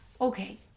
okay